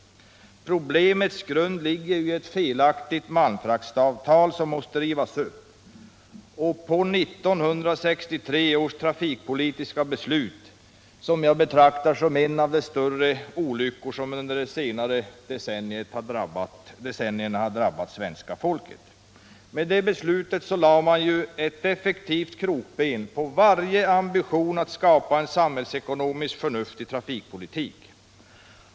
Problemets grund ligger i ett felaktigt malmfraktsavtal, som måste rivas upp, och i 1963 års trafikpolitiska beslut, som jag betraktar som en av de större olyckor som under senare decennier drabbat svenska folket. Med det beslutet lade man effektivt krokben för varje ambition att skapa en samhällsekonomiskt förnuftig trafikpolitik.